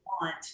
want